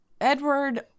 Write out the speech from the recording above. edward